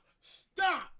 Stop